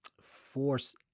force